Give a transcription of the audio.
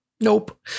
nope